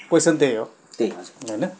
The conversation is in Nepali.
कोइसन त्यही हो